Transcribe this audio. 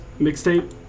mixtape